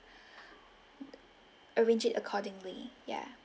arrange it accordingly ya